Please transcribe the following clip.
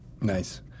Nice